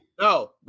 No